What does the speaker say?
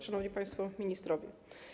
Szanowni Państwo Ministrowie!